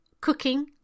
cooking